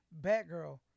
Batgirl